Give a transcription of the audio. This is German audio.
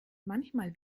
manchmal